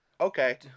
Okay